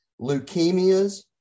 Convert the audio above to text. leukemias